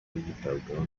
yitabwaho